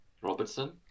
Robertson